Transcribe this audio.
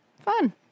fun